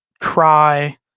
cry